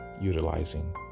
utilizing